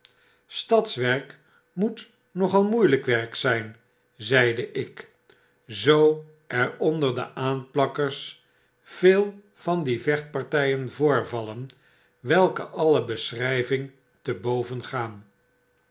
stadwerk moet nogal moeielijk werk zyn zeide ik zoo er onder de aanplakkers veel van die vechtpartyen voorvallen welke alle beschrijving te boven gaan